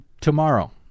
tomorrow